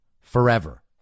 forever